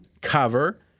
cover